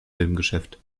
filmgeschäft